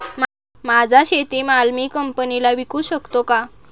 माझा शेतीमाल मी कंपनीला विकू शकतो का?